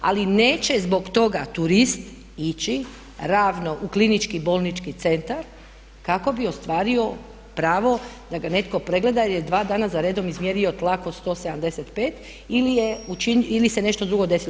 Ali neće zbog toga turist ići ravno u klinički bolnički centar kako bi ostvario pravo da ga netko pregleda jer je dva dana za redom izmjerio tlak od 175 ili se nešto drugo desilo.